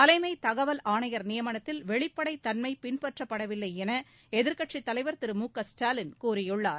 தலைமைத் தகவல் ஆணையர் நியமனத்தில் வெளிப்படைத் தன்மை பின்பற்றப்படவில்லை என எதிர்க்கட்சித் தலைவர் திரு மு க ஸ்டாலின் கூறியுள்ளார்